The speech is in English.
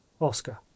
Oscar